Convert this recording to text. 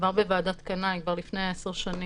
כבר בוועדת קנאי, לפני עשר שנים,